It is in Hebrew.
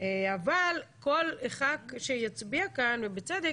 אבל כל אחד שיצביע כאן ובצדק,